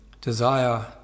desire